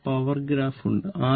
ഇവിടെ power graph ഉണ്ട്